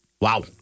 Wow